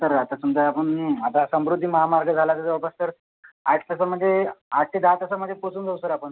sir आता समजा आपण आता समृद्दी महामार्ग झाला तर जवळपास तर आठ तासामध्ये आठ ते दहा तासामध्ये पोचून जाऊ सर आपण